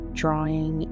drawing